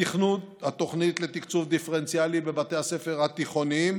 התוכנית לתקצוב דיפרנציאלי בבתי הספר התיכוניים